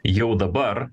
jau dabar